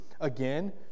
Again